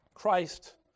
Christ